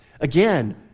Again